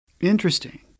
Interesting